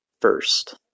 first